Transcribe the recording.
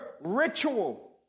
ritual